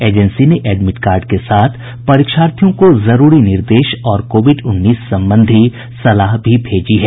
agency ने admit card के साथ परीक्षार्थियों को जरूरी निर्देश और कोविड उन्नीस संबंधी सलाह भी भेजी है